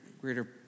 greater